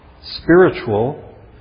spiritual